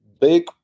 big